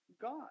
God